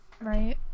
Right